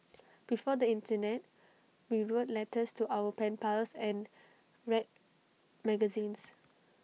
before the Internet we wrote letters to our pen pals and read magazines